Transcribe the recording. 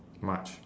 much